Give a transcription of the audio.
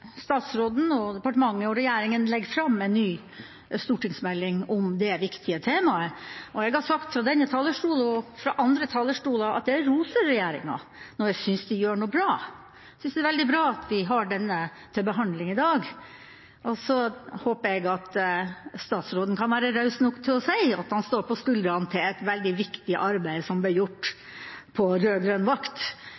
statsråden, departementet og regjeringa legger fram en ny stortingsmelding om dette viktige temaet. Jeg har fra denne talerstolen og fra andre talerstoler rost regjeringa når jeg synes de gjør noe bra. Det er veldig bra at vi har denne til behandling i dag, og jeg håper statsråden kan være raus nok til å si at han står på skuldrene til et veldig viktig arbeid som ble gjort på rød-grønn vakt,